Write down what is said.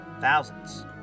Thousands